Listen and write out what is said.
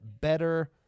better